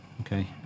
Okay